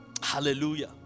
hallelujah